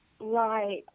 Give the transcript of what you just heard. Right